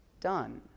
done